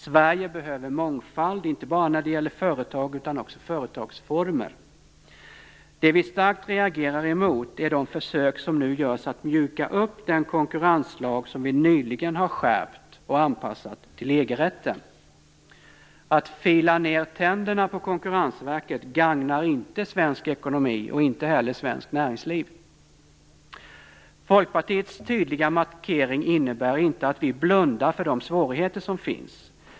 Sverige behöver mångfald - inte bara när det gäller företag utan också i fråga om företagsformer. Det vi starkt reagerar mot är de försök som nu görs att mjuka upp den konkurrenslag som vi nyligen har skärpt och anpassat till EG-rätten. Att fila ned tänderna på Konkurrensverket gagnar inte svensk ekonomi och inte heller svenskt näringsliv. Folkpartiets tydliga markering innebär inte att vi blundar för de svårigheter som finns.